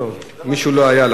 מישהו לא היה,